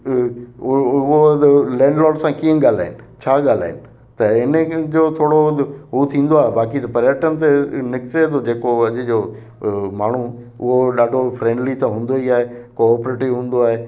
उहो उहो त लैंडलोड सां कीअं ॻाल्हाइनि छा ॻाल्हाइनि त हिनखे जो थोरो हू थींदो आहे बाक़ी त पर्यटन ते निकिरे थो जे को अॼु जो माण्हू उहो ॾाढो फ़्रेंडली त हूंदो ई आहे कोऑप्रेटिव हूंदो आहे